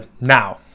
Now